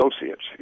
associates